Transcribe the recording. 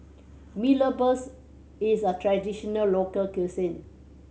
Mee Rebus is a traditional local cuisine